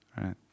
right